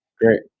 Great